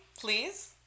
Please